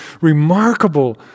remarkable